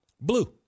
Blue